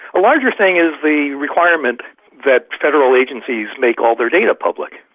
a larger thing is the requirement that federal agencies make all their data public,